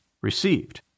received